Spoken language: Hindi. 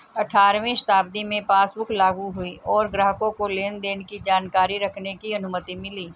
अठारहवीं शताब्दी में पासबुक लागु हुई और ग्राहकों को लेनदेन की जानकारी रखने की अनुमति मिली